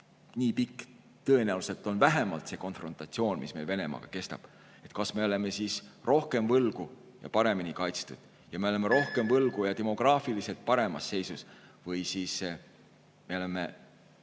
nii pikk on tõenäoliselt vähemalt see konfrontatsioon, mis meil Venemaaga kestab –, kas rohkem võlgu ja paremini kaitstud ning rohkem võlgu ja demograafiliselt paremas seisus või siis me oleme